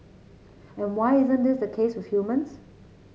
and why isn't this the case with humans